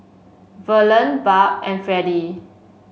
Verlene Barb and Fredie